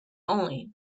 only